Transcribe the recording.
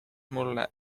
mulle